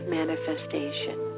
manifestation